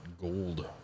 gold